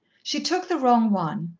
she took the wrong one,